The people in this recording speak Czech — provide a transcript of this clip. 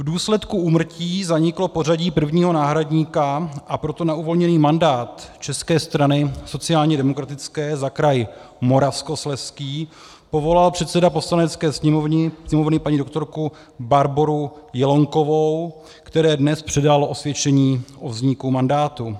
V důsledku úmrtí zaniklo pořadí prvního náhradníka, a proto na uvolněný mandát České strany sociálně demokratické za kraj Moravskoslezský povolal předseda Poslanecké sněmovny paní doktorku Barboru Jelonkovou, které dnes předal osvědčení o vzniku mandátu.